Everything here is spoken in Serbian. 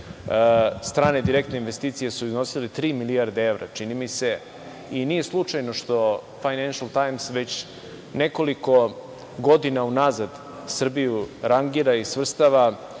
strane direktne investicije su iznosile tri milijarde evra, čini mi se. Nije slučajno što "Fajnenšl Tajms" već nekoliko godina unazad Srbiju rangira i svrstava